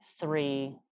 three